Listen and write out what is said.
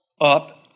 up